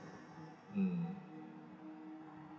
mm